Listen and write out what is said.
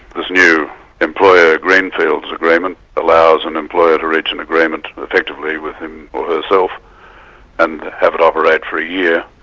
this new employer green fields agreement allows an employer to reach an agreement effectively with him or herself and have it operate for a year.